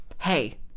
Hey